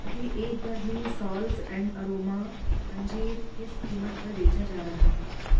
अभी एक बरनी साल्ज़ एँड अरोमा अंजीर किस कीमत पर बेचा जा रहा है